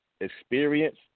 experience